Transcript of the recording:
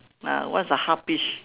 ah one's a half peach